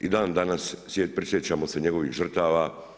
I dan danas prisjećamo se njegovih žrtava.